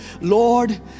Lord